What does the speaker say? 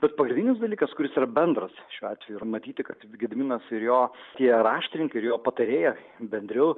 bet pagrindinis dalykas kuris yra bendras šiuo atveju yra matyti kad gediminas ir jo tie raštininkai ir jo patarėjas bendriau